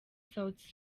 sauti